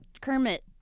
Kermit